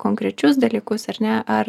konkrečius dalykus ar ne ar